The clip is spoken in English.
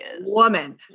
woman